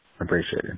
appreciated